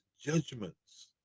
judgments